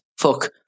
Fuck